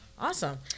Awesome